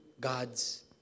God's